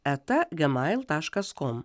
eta gmail taškas kom